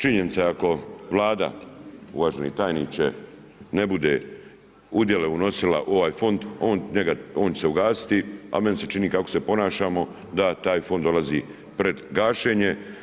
Činjenica ako Vlada, uvaženi tajniče ne bude udjele unosila u ovaj fond on će se ugasiti a meni se čini kako se ponašamo da taj fond dolazi pred gašenje.